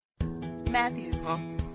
Matthew